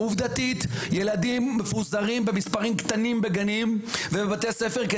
עובדתית ילדים מפוזרים במספרים קטנים בגנים ובבתי הספר,